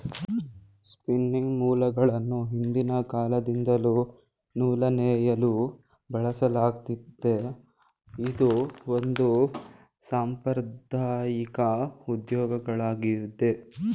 spinning ಮೂಲ್ಗಳನ್ನು ಹಿಂದಿನ ಕಾಲದಿಂದಲ್ಲೂ ನೂಲು ನೇಯಲು ಬಳಸಲಾಗತ್ತಿದೆ, ಇದು ಒಂದು ಸಾಂಪ್ರದಾಐಕ ಉದ್ಯೋಗವಾಗಿದೆ